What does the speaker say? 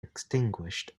extinguished